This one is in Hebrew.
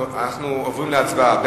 אנחנו עוברים להצבעה.